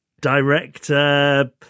director